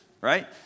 right